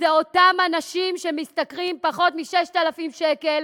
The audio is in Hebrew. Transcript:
אלה אותם אנשים שמשתכרים פחות מ-6,000 שקל,